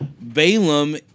Balaam